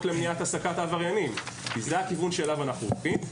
למניעת העסקת עבריינים כי זה הכיוון אליו אנחנו הולכים.